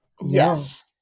Yes